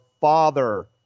Father